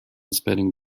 spitting